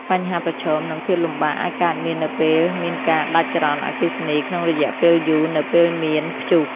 បញ្ហាប្រឈម និងភាពលំបាកអាចកើតមាននៅពេលមានការដាច់ចរន្តអគ្គិសនីក្នុងរយៈពេលយូរនៅពេលមានព្យុះ។